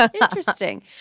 Interesting